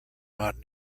not